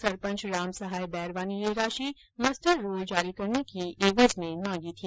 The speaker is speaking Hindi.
सरपंच रामसहाय बैरवा ने यह राशि मस्टररोल जारी करने की एवज में मांगी थी